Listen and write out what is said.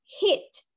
hit